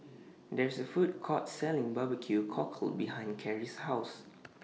There IS A Food Court Selling Barbecue Cockle behind Kerry's House